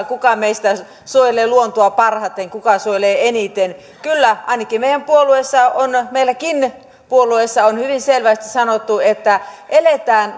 kuka meistä suojelee luontoa parhaiten kuka suojelee eniten kyllä ainakin meidän puolueessa meidänkin puolueessa on hyvin selvästi sanottu että eletään